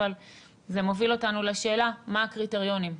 אבל זה מוביל אותנו לשאלה מה הקריטריונים.